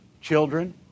children